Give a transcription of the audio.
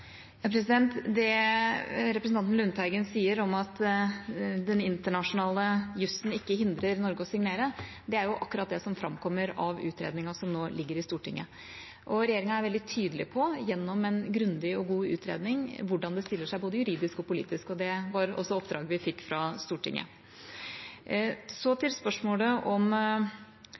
Det representanten Lundteigen sier, at den internasjonale jusen ikke hindrer Norge i å signere, er akkurat det som framkommer i utredningen som nå ligger i Stortinget. Regjeringa er veldig tydelig på, gjennom en grundig og god utredning, hvordan den stiller seg, både juridisk og politisk. Det var også oppdraget vi fikk fra Stortinget. Til spørsmålet om